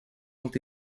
ont